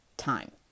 Time